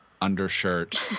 undershirt